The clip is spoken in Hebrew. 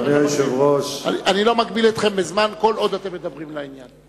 אני לא מגביל אתכם בזמן כל עוד אתם מדברים לעניין.